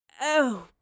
Oh